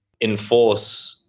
enforce